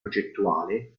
progettuale